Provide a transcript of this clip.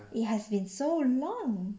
it has been so long